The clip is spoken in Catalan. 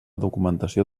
documentació